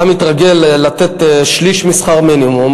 אתה מתרגל לתת שליש משכר מינימום,